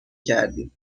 کردیم